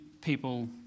people